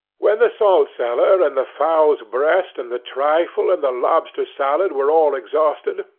when the salt-cellar, and the fowl's breast, and the trifle, and the lobster salad were all exhausted,